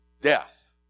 death